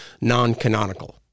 non-canonical